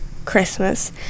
Christmas